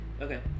Okay